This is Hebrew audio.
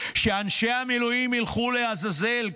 שאנשי המילואים ילכו לעזאזל,